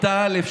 בכיתה א'.